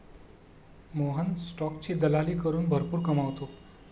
मोहन स्टॉकची दलाली करून भरपूर कमावतो